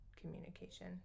communication